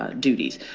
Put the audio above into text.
ah duties.